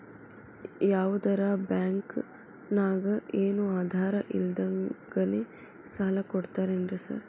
ಯಾವದರಾ ಬ್ಯಾಂಕ್ ನಾಗ ಏನು ಆಧಾರ್ ಇಲ್ದಂಗನೆ ಸಾಲ ಕೊಡ್ತಾರೆನ್ರಿ ಸಾರ್?